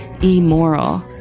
immoral